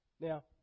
Now